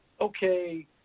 okay